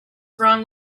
wrong